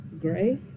Gray